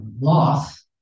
loss